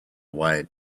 wide